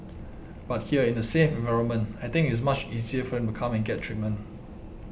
but here in a safe environment I think it is much easier for them to come and get treatment